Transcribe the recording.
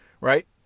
right